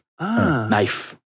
Knife